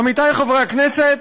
עמיתי חברי הכנסת,